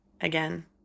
again